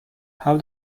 how